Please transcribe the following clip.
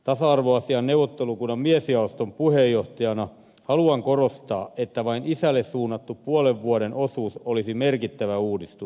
tasa arvoasiain neuvottelukunnan miesjaoston puheenjohtajana haluan korostaa että vain isälle suunnattu puolen vuoden osuus olisi merkittävä uudistus